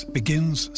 begins